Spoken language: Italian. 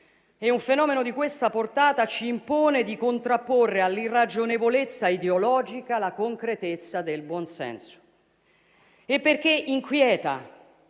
un fenomeno di questa portata ci impone di contrapporre all'irragionevolezza ideologica la concretezza del buon senso. Inquieta